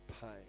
pain